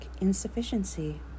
Insufficiency